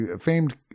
famed